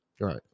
Right